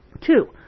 two